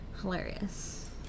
Hilarious